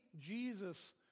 Jesus